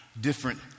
different